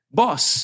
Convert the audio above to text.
boss